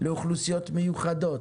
לאוכלוסיות מיוחדות,